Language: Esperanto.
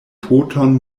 poton